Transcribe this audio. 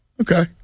Okay